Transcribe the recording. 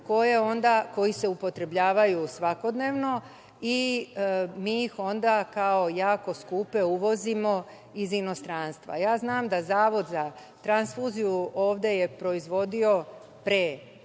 koji se upotrebljavaju svakodnevno i mi ih onda, kao jako skupe, uvozimo iz inostranstva. Znam da Zavod za transfuziju je ovde proizvodio, pre